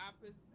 opposite